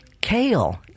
Kale